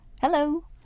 Hello